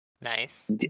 Nice